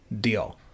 deal